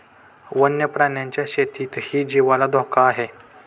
वन्य प्राण्यांच्या शेतीतही जीवाला धोका आहे